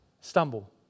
stumble